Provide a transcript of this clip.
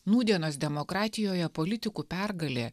nūdienos demokratijoje politikų pergalė